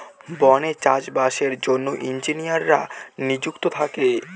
বনে চাষ বাসের জন্য ইঞ্জিনিয়াররা নিযুক্ত থাকে